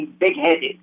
big-headed